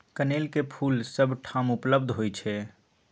कनेलक फूल सभ ठाम उपलब्ध होइत छै